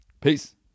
Peace